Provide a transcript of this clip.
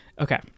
Okay